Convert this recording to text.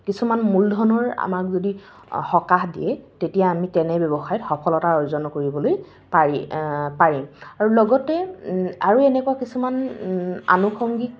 কিছুমান মূলধনৰ আমাক যদি সকাহ দিয়ে তেতিয়া আমি তেনে ব্যৱসায়ত সফলতা অৰ্জন কৰিবলৈ পাৰিম আৰু লগতে আৰু এনেকুৱা কিছুমান আনুষংগিক